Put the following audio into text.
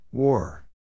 War